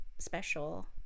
Special